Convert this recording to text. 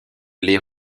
les